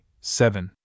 seven